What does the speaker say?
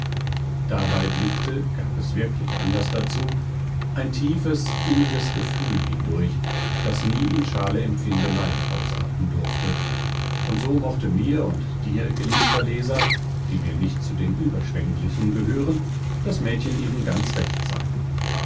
dabei blickte gab es wirklichen anlaß dazu ein tiefes inniges gefühl hindurch das nie in schale empfindelei ausarten durfte und so mochte mir und dir geliebter leser die wir nicht zu den überschwenglichen gehören das mädchen eben ganz recht sein